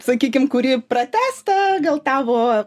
sakykim kuri pratęs tą gal tavo